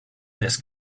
this